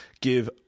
give –